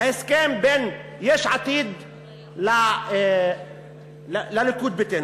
יש עתיד לליכוד ביתנו.